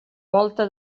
volta